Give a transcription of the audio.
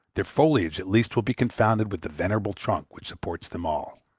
their foliage at least will be confounded with the venerable trunk which supports them all.